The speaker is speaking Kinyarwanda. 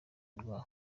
rwa